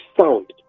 sound